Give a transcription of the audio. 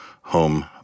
home